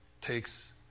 takes